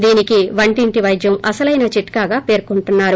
దీనికి వంటింటి పైద్యం అసలైన చిట్కాగా పర్కొంటున్నారు